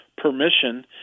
Permission